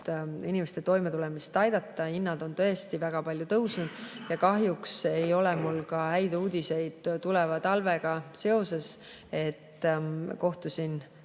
inimeste toimetulemist aidata. Hinnad on tõesti väga palju tõusnud ja kahjuks ei ole mul ka häid uudiseid tuleva talvega seoses. Kui